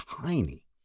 tiny